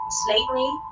slavery